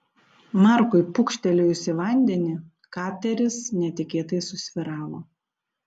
markui pūkštelėjus į vandenį kateris netikėtai susvyravo